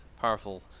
powerful